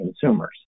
consumers